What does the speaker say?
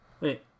Wait